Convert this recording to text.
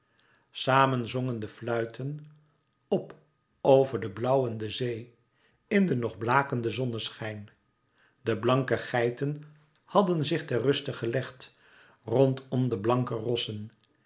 samen zongen de fluiten op over de blauwende zee in den nog blakenden zonneschijn de blanke geiten hadden zich ter ruste gelegd rondom de blanke rossen